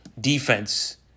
defense